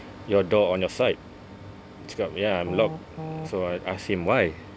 your door on your side ya I'm locked so I ask him why